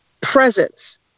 presence